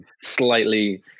slightly